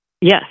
Yes